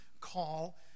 call